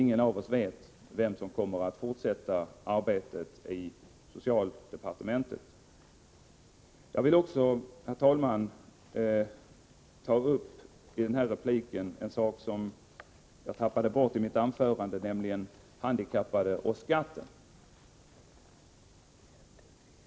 Ingen av oss vet vem som kommer att fortsätta arbetet i socialdepartementet. Jag vill också, herr talman, i denna replik ta upp en sak som jag tappade bort i mitt anförande, nämligen handikappade och skatten.